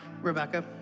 Rebecca